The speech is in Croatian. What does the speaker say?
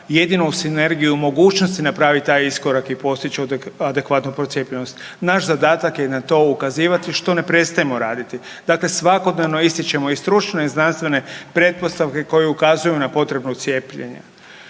jedino uz sinergiju mogućnosti napravit taj iskorak i postić adekvatnu procijepljenost. Naš zadatak je na to ukazivati, što ne prestajemo raditi. Dakle, svakodnevno ističemo i stručne i znanstvene pretpostavke koje ukazuju na potrebu cijepljenja.